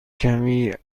کمی